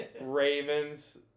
Ravens